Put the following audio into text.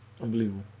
Unbelievable